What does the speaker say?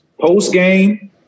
post-game